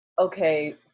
okay